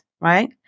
right